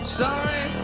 sorry